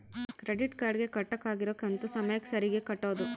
credit card ಗೆ ಕಟ್ಬಕಾಗಿರೋ ಕಂತು ಸಮಯಕ್ಕ ಸರೀಗೆ ಕಟೋದು